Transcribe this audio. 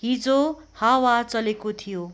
हिजो हावा चलेको थियो